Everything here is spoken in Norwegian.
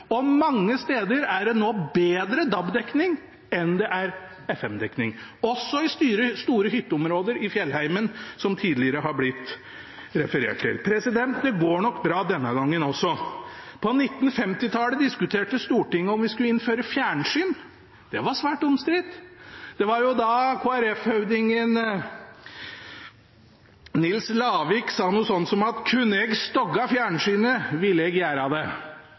og mange steder er det nå bedre DAB-dekning enn det er FM-dekning, også i store hytteområder i fjellheimen, som det tidligere er blitt referert til. Det går nok bra denne gangen også. På 1950-tallet diskuterte Stortinget om vi skulle innføre fjernsyn. Det var svært omstridt. Det var da Kristelig Folkeparti-høvdingen Nils Lavik sa noe sånt som: «Kunne eg stogga fjernsynet, ville eg gjera det».